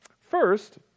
First